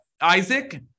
Isaac